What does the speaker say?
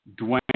Dwayne